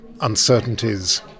uncertainties